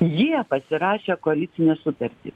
jie pasirašė koalicinę sutartį